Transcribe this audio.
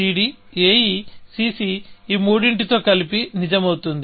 CD AE CC ఈ మూడింటితో కలిపి నిజం అవుతుంది